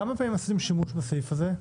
רשות הניקוז, כמה פעמים עשיתם שימוש בסעיף הזה?